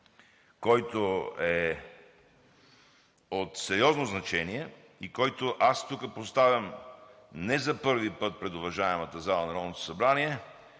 който е от сериозно значение и който аз поставям не за първи път пред уважаемата зала на Народното събрание,